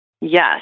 Yes